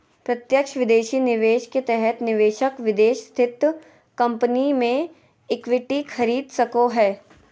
प्रत्यक्ष विदेशी निवेश के तहत निवेशक विदेश स्थित कम्पनी मे इक्विटी खरीद सको हय